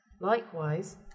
Likewise